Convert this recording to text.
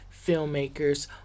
filmmakers